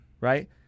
right